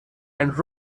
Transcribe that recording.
and